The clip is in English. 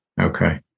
Okay